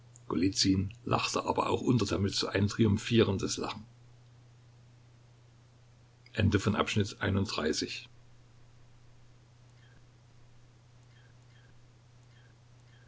lachte aber auch unter der mütze ein triumphierendes lachen